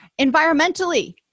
Environmentally